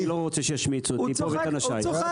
אני לא רוצה שישמיצו אותי ואת אנשיי פה.